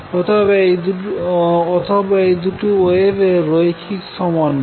অথবা এটি দুটি ওয়েভের রৈখিক সমন্বয়